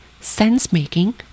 sense-making